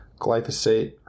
glyphosate